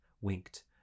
winked